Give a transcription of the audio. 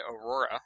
Aurora